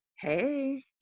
Hey